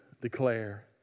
declare